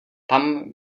tam